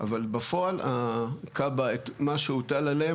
אבל בפועל הכב"ה מה שהוטל עליהם,